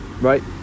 Right